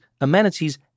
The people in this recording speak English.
amenities